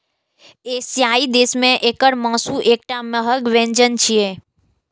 एशियाई देश मे एकर मासु एकटा महग व्यंजन छियै